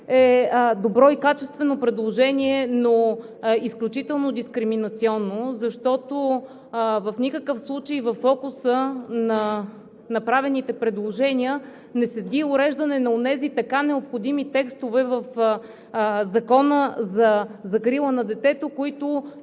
добро и качествено предложение, но изключително дискриминационно, защото в никакъв случай във фокуса на направените предложения не седи уреждане на онези така необходими текстове в Закона за закрила на детето, които